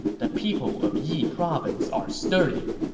the people of yi province are sturdy,